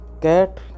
cat